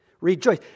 Rejoice